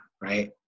right